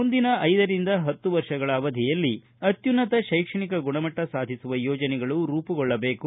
ಮುಂದಿನ ಐದರಿಂದ ಹತ್ತು ವರ್ಷಗಳ ಅವಧಿಯಲ್ಲಿ ಅತ್ಯುನ್ನತ ಕೈಕ್ಷಣಿಕ ಗುಣಮಟ್ಟ ಸಾಧಿಸುವ ಯೋಜನೆಗಳು ರೂಪುಗೊಳ್ಳಬೇಕು